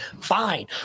Fine